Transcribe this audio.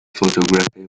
photography